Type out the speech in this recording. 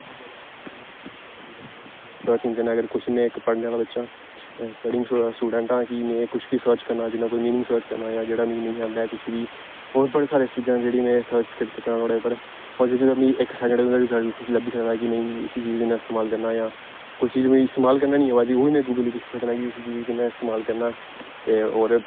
में इक पढ़ने आहला बच्चा हा में स्टूडेंट हा में कुछ बी सर्च करना जियां कोई मीनिंग सर्च करना जेहड़ा मीनिंग होंदा कुछ बी और बड़ी सारी चीजां ना जेहडी में सर्च करी सकना पर इक मिगी ओह्बी लब्भी सकदा कि इस चीज गी कियां इस्तामाल करना कोई चीज मिगी इस्तामाल करना कियां नेईं अवा दी उस चीज गी कियां इस्तेमाल करना ते और